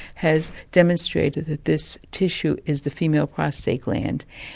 has demonstrated that this tissue is the female prostate gland,